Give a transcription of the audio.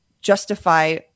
justify